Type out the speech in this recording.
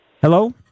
Hello